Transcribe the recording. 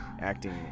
acting